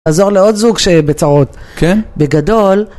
עזור לעוד זוג שבצרות, בגדול